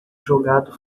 jogado